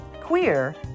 queer